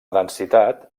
densitat